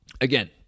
Again